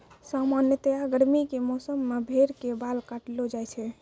सामान्यतया गर्मी के मौसम मॅ भेड़ के बाल काटलो जाय छै